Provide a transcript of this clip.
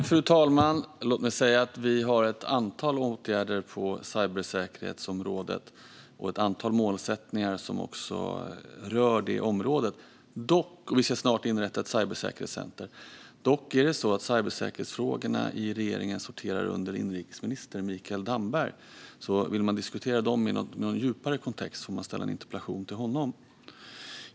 Fru talman! Låt mig säga att det finns ett antal åtgärder och mål på cybersäkerhetsområdet, och det ska snart inrättas ett cybersäkerhetscenter. Dock sorterar cybersäkerhetsfrågorna i regeringen under inrikesminister Mikael Damberg. Vill man diskutera de frågorna i en djupare kontext får man ställa en interpellation till honom.